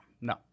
no